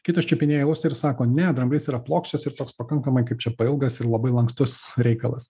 kitas čiupinėja ausį ir sako ne dramblys yra plokščias ir toks pakankamai kaip čia pailgas ir labai lankstus reikalas